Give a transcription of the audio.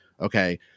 Okay